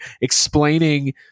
explaining